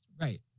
Right